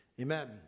Amen